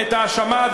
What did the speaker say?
ואת ההאשמה,